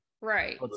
Right